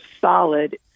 solid